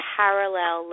parallel